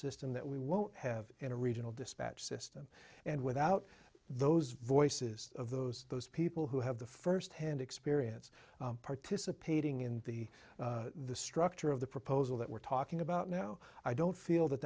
system that we won't have in a regional dispatch system and without those voices of those those people who have the firsthand experience participating in the the structure of the proposal that we're talking about now i don't feel that